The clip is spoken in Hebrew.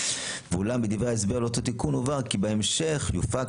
ואולם בדברי ההסבר לאותו תיקון הובהר כי בהמשך יופץ